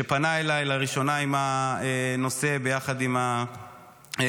שפנה אלי לראשונה עם הנושא ביחד עם הגרושות,